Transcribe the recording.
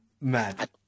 mad